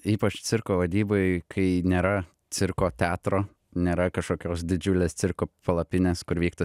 ypač cirko vadybai kai nėra cirko teatro nėra kažkokios didžiulės cirko palapinės kur vyktų